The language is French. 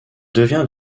devient